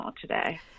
today